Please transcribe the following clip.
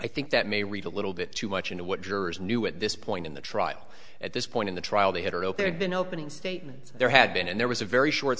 i think that may read a little bit too much into what jurors knew at this point in the trial at this point in the trial they had been opening statements and there had been and there was a very short